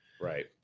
Right